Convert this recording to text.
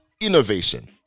innovation